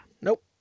Nope